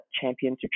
Champions